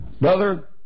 Brother